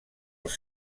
els